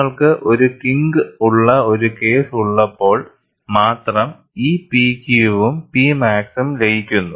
നിങ്ങൾക്ക് ഒരു കിങ്ക് ഉള്ള ഒരു കേസ് ഉള്ളപ്പോൾ മാത്രം ഈ PQ വും P മാക്സും ലയിക്കുന്നു